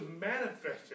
manifested